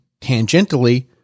tangentially